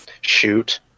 Shoot